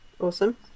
Awesome